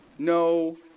No